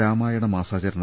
Ramayana മാസാചാരണ